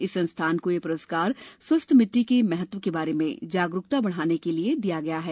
इस संस्थान को ये प्रस्कार स्वस्थ मिट्टी के महत्व के बारे में जागरुकता बढ़ाने के लिए दिया गया है